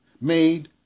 made